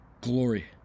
Glory